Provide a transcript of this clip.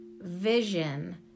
vision